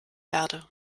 erde